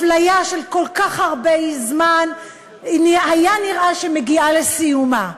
אפליה של כל כך הרבה זמן, היה נראה שמגיעה לסיומה.